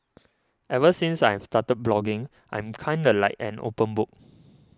ever since I've started blogging I'm kinda like an open book